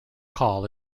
call